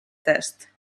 test